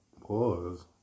Pause